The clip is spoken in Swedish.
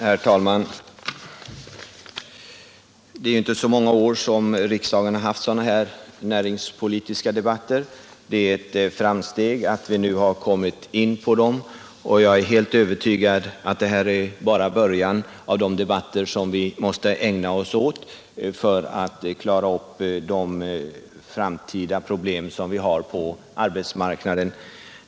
Herr talman! Det är inte så många år som riksdagen har haft sådana här näringspolitiska debatter. Det är ett framsteg att vi nu har kommit in på dem, och jag är helt övertygad om att detta bara är början på de debatter som vi måste ägna oss åt för att klara upp de framtida problemen på arbetsmarknaden.